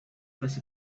first